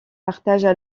partagent